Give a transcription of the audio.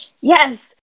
yes